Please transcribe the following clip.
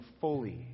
fully